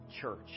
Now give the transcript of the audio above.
church